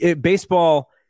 baseball